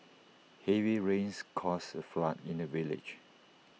heavy rains caused A flood in the village